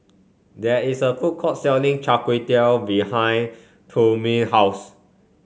there is a food court selling Chai Tow Kway behind Trumaine house